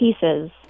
Pieces